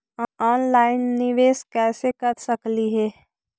Online निबेस कैसे कर सकली हे?